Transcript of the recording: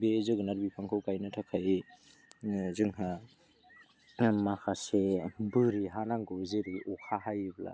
बे जोगोनार बिफांखो गायनो थाखाय जोंहा माखासे बोरि हा नांगौ जेरै अखा हायोब्ला